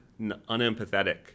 unempathetic